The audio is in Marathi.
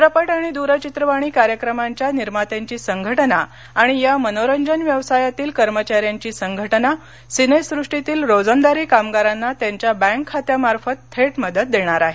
चित्रपट आणि दूरचित्रवाणी कार्यक्रमांच्या निर्मात्यांची संघटना आणि या मनोरंजन व्यवसायातील कर्मचाऱ्यांची संघटना सिनेसृष्टीतील रोजदारी कामगारांना त्यांच्या बँक खात्यामार्फत थेट मदत देणार आहे